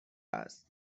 است